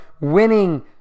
winning